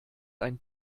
ein